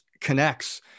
connects